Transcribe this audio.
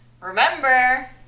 remember